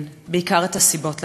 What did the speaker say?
בעיקר את הסיבות לפחדים,